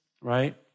right